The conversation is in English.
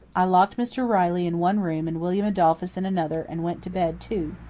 i locked mr. riley in one room and william adolphus in another and went to bed, too.